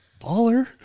Baller